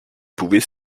pouvait